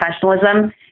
professionalism